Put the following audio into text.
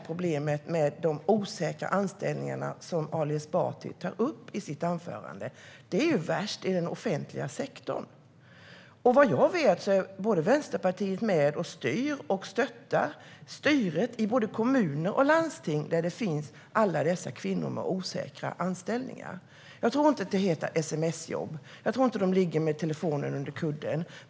Problemet med de osäkra anställningarna, som Ali Esbati tog upp i sitt anförande, är värst i den offentliga sektorn. Vad jag vet är Vänsterpartiet med och både styr och stöttar styret i kommuner och landsting där det finns massor av kvinnor med osäkra anställningar. Jag tror inte att det heter sms-jobb; jag tror inte att de ligger med telefonen under kudden.